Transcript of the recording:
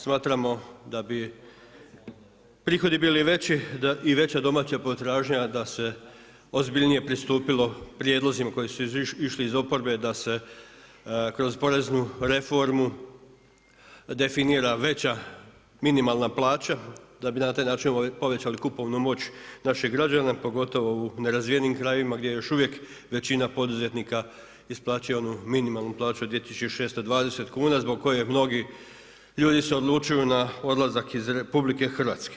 Smatramo da bi prihodi bili veći i veća domaća potražnja da se ozbiljnije pristupilo prijedlozima koji su izišli iz oporbe da se kroz poreznu reformu definira veća minimalna plaća, da bi na taj način povećali kupovnu moć naših građana, pogotovo u nerazvijenim krajevima gdje je još uvijek većina poduzetnika isplaćuje onu minimalnu plaću od 2.620 kuna zbog koje mnogi ljudi se odlučuju na odlazak iz RH.